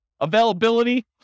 Availability